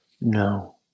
No